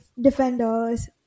defenders